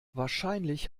wahrscheinlich